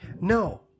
No